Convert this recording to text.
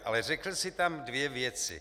Ale řekl jsi tam dvě věci.